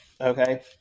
okay